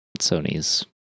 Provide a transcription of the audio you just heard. Sony's